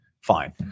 fine